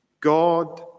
God